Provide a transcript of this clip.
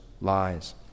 lies